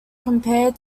compared